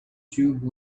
tube